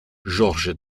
georges